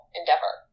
endeavor